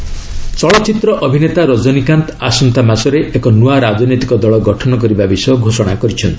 ରକନୀକାନ୍ତ ଚଳଚ୍ଚିତ୍ର ଅଭିନେତା ରଜନୀକାନ୍ତ ଆସନ୍ତା ମାସରେ ଏକ ନୂଆ ରାଜନୈତିକ ଦଳ ଗଠନ କରିବା ବିଷୟ ଘୋଷଣା କରିଛନ୍ତି